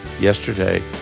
yesterday